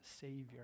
Savior